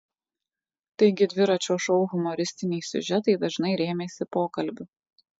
taigi dviračio šou humoristiniai siužetai dažnai rėmėsi pokalbiu